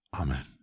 Amen